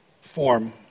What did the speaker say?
form